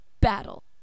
battle